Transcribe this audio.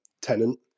tenant